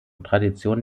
traditionen